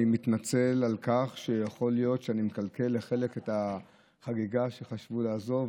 אני מתנצל על כך שיכול להיות שאני מקלקל את החגיגה לחלק שחשבו לעזוב.